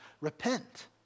repent